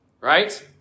right